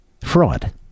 fraud